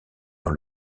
dans